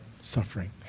Suffering